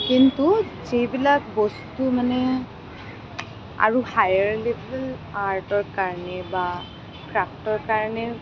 কিন্তু যিবিলাক বস্তু মানে আৰু হায়াৰ লেভেল আৰ্টৰ কাৰণে বা ক্ৰাফ্টৰ কাৰণে